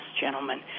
gentlemen